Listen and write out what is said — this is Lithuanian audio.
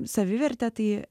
savivertė tai